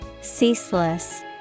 Ceaseless